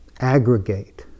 aggregate